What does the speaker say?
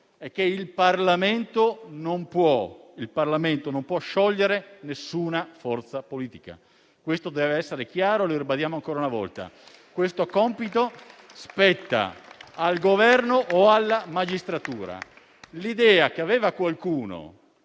è che il Parlamento non può sciogliere alcuna forza politica. Questo dev'essere chiaro e lo ribadiamo ancora una volta. Tale compito spetta al Governo o alla magistratura. L'idea che aveva qualcuno